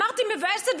אמרתי: מבאסת,